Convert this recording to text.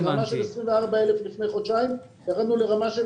מרמה של 24,000 לפני חודשיים ירדנו לרמה של